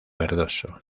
verdoso